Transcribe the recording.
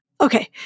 Okay